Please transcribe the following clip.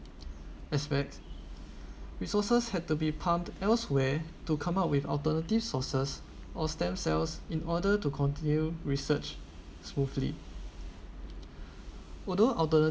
aspects resources had to be pumped elsewhere to come up with alternative sources or stem cells in order to continue research smoothly although alter